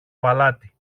παλάτι